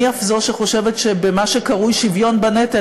אני אף זו שחושבת שבמה שקרוי שוויון בנטל